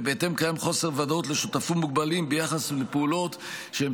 ובהתאם קיים חוסר ודאות לשותפים מוגבלים ביחס לפעולות שהם